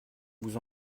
vous